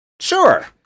Sure